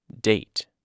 date